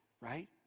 right